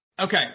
Okay